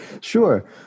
Sure